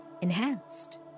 Enhanced